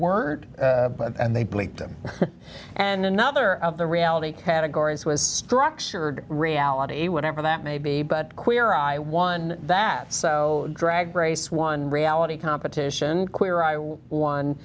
word and they bleep them and another of the reality categories was structured reality whatever that may be but queer eye one that so drag race one reality competition queer eye